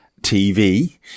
TV